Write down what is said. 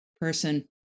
person